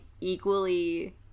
equally